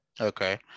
Okay